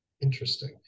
Interesting